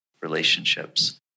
relationships